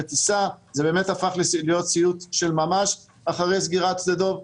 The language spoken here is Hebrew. בטיסה זה הפך להיות סיוט של ממש אחרי סגירת שדה דב,